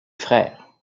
frères